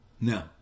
No